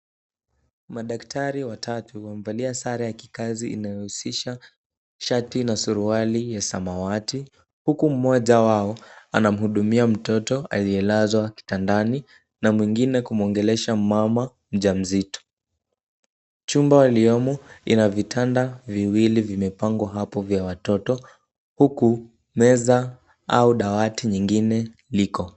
Madaktari watatu wamevalia sare ya kikazi inayohusisha shati na suruali ya samawati, huku mmoja wao anamhudumia mtoto aliyelazwa kitandani na mwingine kumuongelesha mama mjamzito. Chumba waliomo ina vitanda viwili vimepangwa hapo vya watoto huku meza au dawati lingine liko.